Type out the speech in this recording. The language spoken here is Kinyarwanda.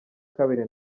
kabiri